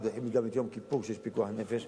ודוחים גם את יום כיפור כשיש פיקוח נפש.